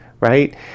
right